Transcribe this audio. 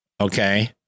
Okay